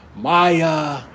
Maya